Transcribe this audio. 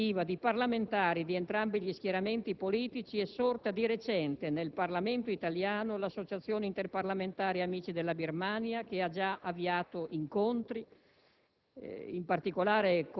Per una libera iniziativa di parlamentari di entrambi gli schieramenti politici è sorta di recente nel Parlamento italiano l'associazione interparlamentare amici della Birmania che ha già avviato incontri,